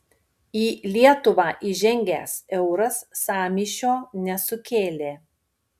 į lietuvą įžengęs euras sąmyšio nesukėlė